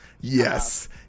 Yes